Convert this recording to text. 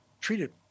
treated